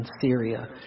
Syria